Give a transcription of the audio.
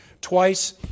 twice